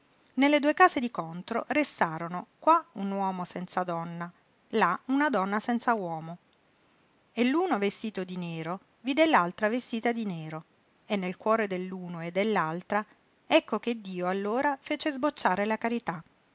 nelle due case di contro restarono qua un uomo senza donna là una donna senza uomo e l'uno vestito di nero vide l'altra vestita di nero e nel cuore dell'uno e dell'altra ecco che dio allora fece sbocciare la carità